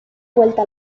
vuelta